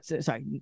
Sorry